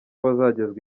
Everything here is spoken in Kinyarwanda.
bazagezwa